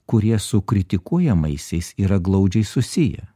kurie sukritikuojamaisiais yra glaudžiai susiję